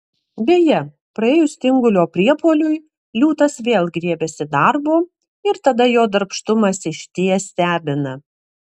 beje praėjus tingulio priepuoliui liūtas vėl griebiasi darbo ir tada jo darbštumas išties stebina